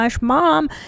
mom